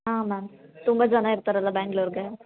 ಆಂ ma'am ತುಂಬ ಜನ ಇರ್ತಾರಲ್ವ ಬ್ಯಾಂಗ್ಲೂರ್ಗೆ